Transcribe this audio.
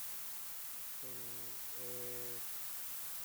Te ev